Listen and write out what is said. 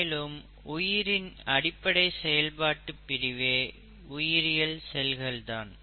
மேலும் உயிரின் அடிப்படை செயல்பாட்டு பிரிவே உயிரியல் செல்கள்தான்